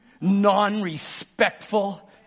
non-respectful